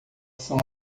são